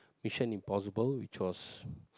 Mission Impossible which was